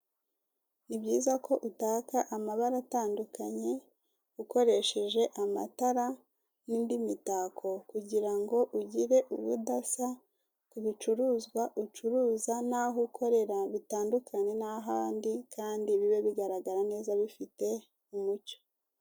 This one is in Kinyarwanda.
Ni byiza ko utaka amabara atandukanye ukoresheje amatara n'indi mitako kugira ngo ugire ubudasa ku bicuruzwa ucuruza n'aho ukorera bitandukane n'ahandi kandi bibe bigaragara neza bifite umucyo.